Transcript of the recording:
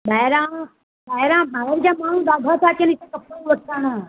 ॿाहिरां ॿाहिरां माण्हू जा माण्हू ॾाढा था अचनि हिते कपिड़ो वठण